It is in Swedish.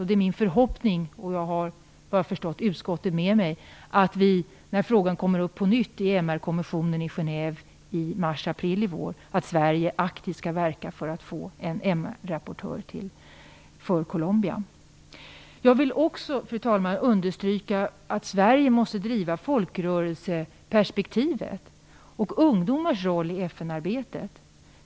Det är min förhoppning, och jag har förstått att jag har utskottet med mig, att Sverige, när frågan kommer upp på nytt vid MR-komissionen i Genève runt mars-april i vår, aktivt skall verka för att få en MR-rapportör till Colombia. Jag vill också, fru talman, understryka att Sverige måste driva på när det gäller folkrörelseperspektivet och ungdomarnas roll i FN-arbetet.